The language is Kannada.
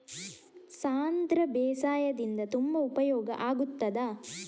ಸಾಂಧ್ರ ಬೇಸಾಯದಿಂದ ತುಂಬಾ ಉಪಯೋಗ ಆಗುತ್ತದಾ?